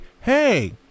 hey